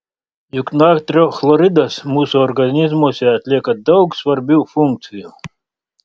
juk natrio chloridas mūsų organizmuose atlieka daug svarbių funkcijų